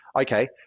okay